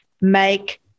make